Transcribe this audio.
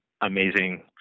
amazing